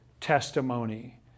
testimony